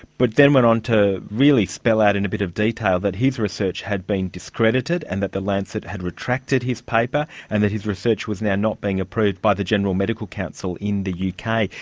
but then on to really spell out in a bit of detail that his research had been discredited and that the lancet had retracted his paper and that his research was now not being approved by the general medical council in the kind of